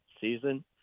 season